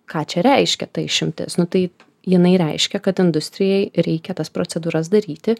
ką čia reiškia ta išimtis nu tai jinai reiškia kad industrijai reikia tas procedūras daryti